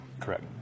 Correct